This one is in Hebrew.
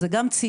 אלה גם צעירים,